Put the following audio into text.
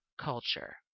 culture